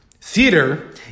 Theater